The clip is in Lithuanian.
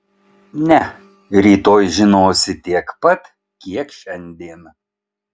ne rytoj žinosi tiek pat kiek šiandien